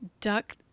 duck